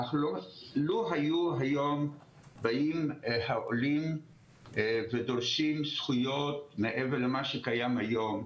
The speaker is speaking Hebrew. לו היו היום באים העולים ודורשים זכויות מעבר למה שקיים היום,